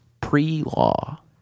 Pre-law